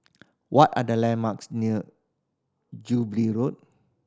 what are the landmarks near Jubilee Road